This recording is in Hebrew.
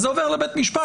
אז זה עובר לבית משפט,